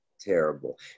Terrible